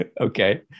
Okay